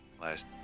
Last